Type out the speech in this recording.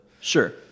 Sure